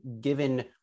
given